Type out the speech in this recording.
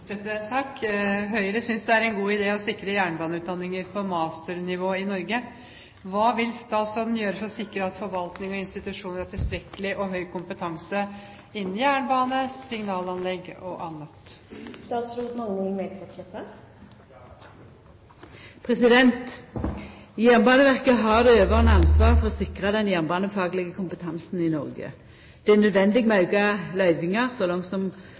synes det er en god idé å sikre jernbaneutdanninger på masternivå i Norge. Hva vil statsråden gjøre for å sikre at forvaltning og institusjoner har tilstrekkelig og høy kompetanse innen jernbane, signalanlegg og annet?» Jernbaneverket har det overordna ansvaret for å sikra den jernbanefaglege kompetansen i Noreg. Det er nødvendig at auka løyvingar så langt som